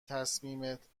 تصمیمت